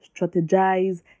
strategize